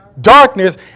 darkness